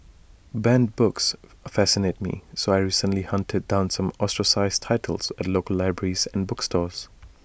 banned books fascinate me so I recently hunted down some ostracised titles at local libraries and bookstores